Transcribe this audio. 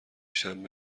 شنبه